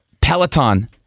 Peloton